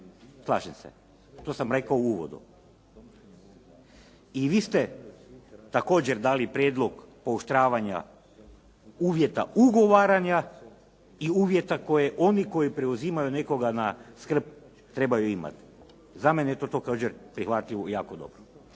Slažem se, to sam rekao u uvodu. I vi ste također dali prijedlog pooštravanja uvjeta ugovaranja i uvjeta koje oni koji preuzimaju nekoga na skrb trebaju imati. Za mene je to također prihvatljivo jako dobro.